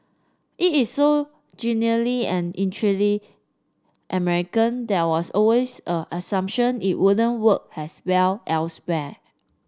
it is so genuinely and American there was always an assumption it wouldn't work as well elsewhere